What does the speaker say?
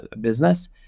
business